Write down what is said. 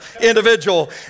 individual